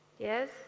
Yes